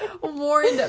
warned